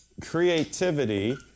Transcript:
creativity